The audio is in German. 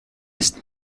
ist